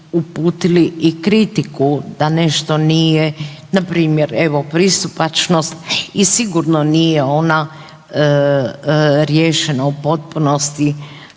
uputili i kritiku što nije, npr. evo, pristupačnost i sigurno nije ona riješena u potpunosti